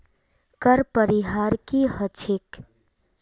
कर परिहार की ह छेक